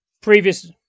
previous